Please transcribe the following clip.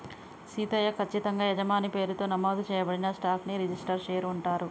సీతయ్య, కచ్చితంగా యజమాని పేరుతో నమోదు చేయబడిన స్టాక్ ని రిజిస్టరు షేర్ అంటారు